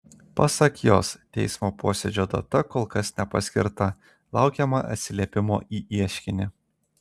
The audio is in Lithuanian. pasak jos teismo posėdžio data kol kas nepaskirta laukiama atsiliepimo į ieškinį